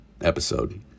episode